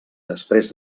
després